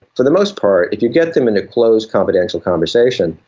for the most part if you get them in a closed confidential conversation,